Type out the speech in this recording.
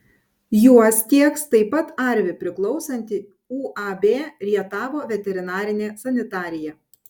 juos tieks taip pat arvi priklausanti uab rietavo veterinarinė sanitarija